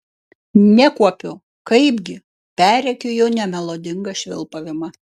nekuopiu kaipgi perrėkiu jo nemelodingą švilpavimą